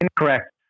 incorrect